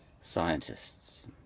scientists